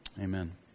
Amen